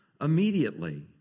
immediately